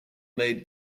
made